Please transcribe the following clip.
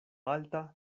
alta